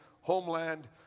homeland